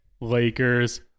Lakers